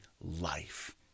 life